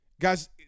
Guys